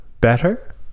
better